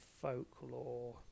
folklore